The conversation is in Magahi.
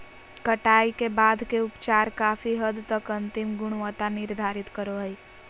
कटाई के बाद के उपचार काफी हद तक अंतिम गुणवत्ता निर्धारित करो हइ